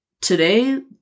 Today